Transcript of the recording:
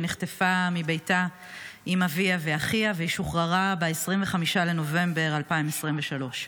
שנחטפה מביתה עם אביה ואחיה ושוחררה ב-25 בנובמבר 2023: